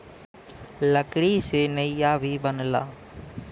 लकड़ी से नइया भी बनला